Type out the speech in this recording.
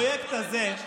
הפרויקט הזה,